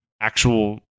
actual